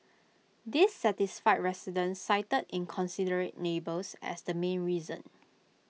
dissatisfied residents cited inconsiderate neighbours as the main reason